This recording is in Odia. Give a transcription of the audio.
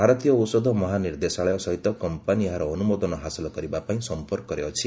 ଭାରତୀୟ ଔଷଧ ମହା ନିର୍ଦ୍ଦେଶାଳୟ ସହିତ କମ୍ପାନୀ ଏହାର ଅନୁମୋଦନ ହାସଲ କରିବା ପାଇଁ ସମ୍ପର୍କରେ ଅଛି